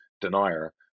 denier